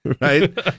Right